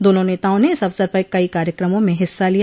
दोनों नेताओं ने इस अवसर पर कई कार्यकमों में हिस्सा लिया